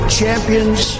champions